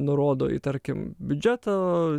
nurodo į tarkim biudžeto